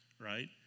right